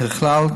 ככלל,